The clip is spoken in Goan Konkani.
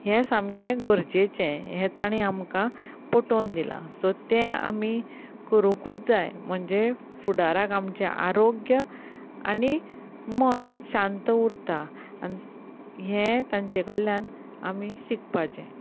हें सामकें गरजेचें हें ताणीं आमकां पटोवन दिलां सो तें आमी करुंकूच जाय म्हणचे फुडाराक आमचें आरोग्य आनी मन शांत उरता हें तांचे कडल्यान आमी शिकपाचें